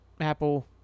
Apple